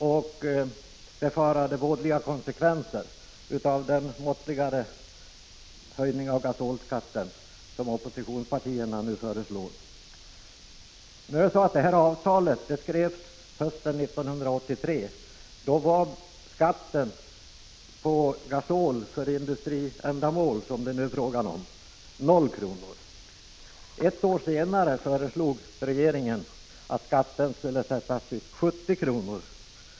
Han befarade att konsekvenserna av den måttligare höjning av gasolskatten som oppositionspartierna föreslagit skulle bli vådliga. Men nu är det så, att avtalet i fråga undertecknades hösten 1983. Då uppgick skatten på gasol för industriändamål, som det nu är fråga om, till 0 kr. Ett år senare föreslog regeringen en höjning av skatten till 70 kr.